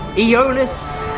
aeolis,